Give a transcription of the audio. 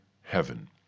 heaven